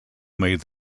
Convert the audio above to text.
made